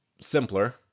simpler